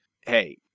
hey